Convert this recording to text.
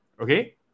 okay